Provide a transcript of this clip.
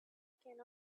can